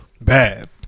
Bad